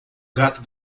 gato